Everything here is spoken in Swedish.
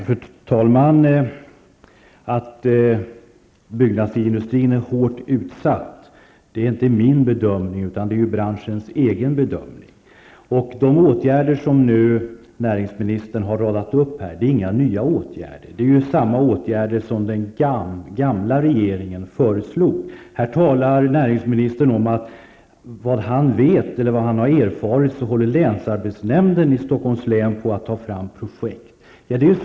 Fru talman! Att byggnadsindustrin är hårt utsatt är inte min bedömning, utan det är branschens egen bedömning. De åtgärder som näringsministern nu har radat upp är inga nya åtgärder, utan det är samma åtgärder som den gamla regeringen föreslog. Här säger näringsministern att han har erfarit att länsarbetsnämnden i Stockholms län håller på att ta fram projekt.